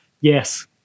Yes